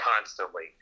constantly